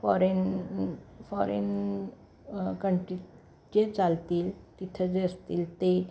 foreign foreign कंट्रीत जे चालतील तिथं जे असतील ते